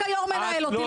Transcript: רק היו״ר מנהל אותי,